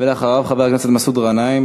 ואחריו, חבר הכנסת מסעוד גנאים.